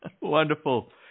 Wonderful